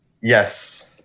Yes